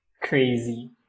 crazy